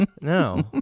No